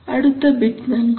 അടുത്ത ബിറ്റ് നൽകും